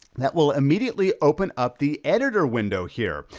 that will immediately open up the editor window here.